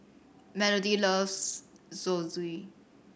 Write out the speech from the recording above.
Melodie loves Zosui